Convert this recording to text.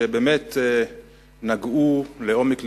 שבאמת נגעו לעומק לבי,